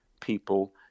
people